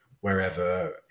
wherever